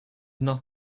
not